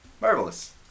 Marvelous